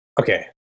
Okay